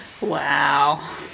Wow